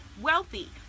wealthy